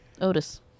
Otis